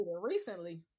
Recently